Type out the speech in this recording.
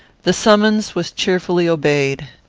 the summons was cheerfully obeyed.